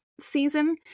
season